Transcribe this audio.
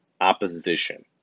opposition